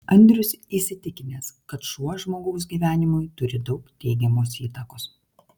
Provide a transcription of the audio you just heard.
andrius įsitikinęs kad šuo žmogaus gyvenimui turi daug teigiamos įtakos